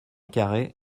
carhaix